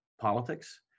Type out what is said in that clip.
politics